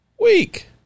week